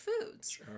foods